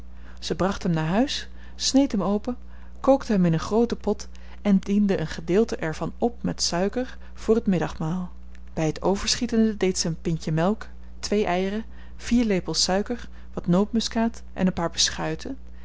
ze bracht hem naar huis sneed hem open kookte hem in een grooten pot en diende een gedeelte er van op met suiker voor het middagmaal bij het overschietende deed zij een pintje melk twee eieren vier lepels suiker wat nootmuskaat en een paar beschuiten